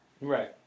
Right